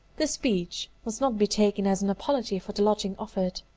this speech must not be taken as an apology for the lodging offered.